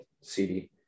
CD